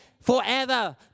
forever